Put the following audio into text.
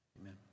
Amen